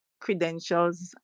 credentials